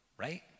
Right